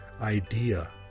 idea